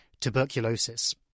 tuberculosis